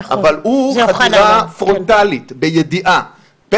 אבל מדובר בחדירה פרונטלית בידיעה.